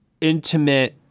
intimate